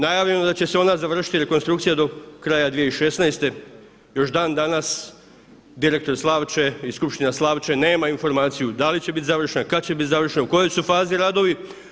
Najavljeno je da će se ona završiti rekonstrukcija do kraja 2016., još dan danas direktor Slavče i skupština Slavče nema informaciju da li će biti završena, kada će biti završena u kojoj su fazi radovi.